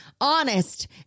honest